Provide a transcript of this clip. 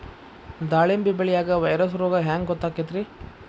ದಾಳಿಂಬಿ ಬೆಳಿಯಾಗ ವೈರಸ್ ರೋಗ ಹ್ಯಾಂಗ ಗೊತ್ತಾಕ್ಕತ್ರೇ?